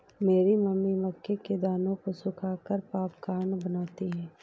मेरी मम्मी मक्के के दानों को सुखाकर पॉपकॉर्न बनाती हैं